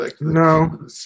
No